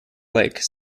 lake